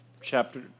chapter